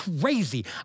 crazy